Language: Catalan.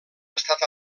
estat